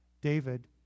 David